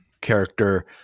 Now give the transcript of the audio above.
character